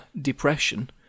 Depression